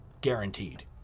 Guaranteed